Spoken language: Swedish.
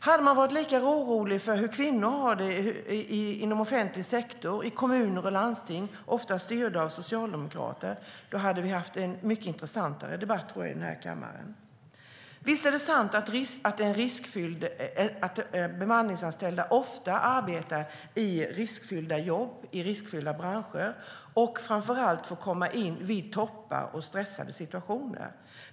Hade man varit lika orolig för hur kvinnor har det i offentlig sektor i kommuner och landsting, ofta styrda av socialdemokrater, hade vi haft en mycket intressantare debatt här i kammaren. Visst är det sant att bemanningsanställda ofta arbetar i riskfyllda branscher och framför allt får komma in vid toppar och stressade situationer.